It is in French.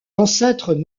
ancêtres